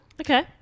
Okay